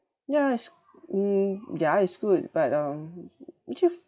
ya it's mm ya it's good but um actually f~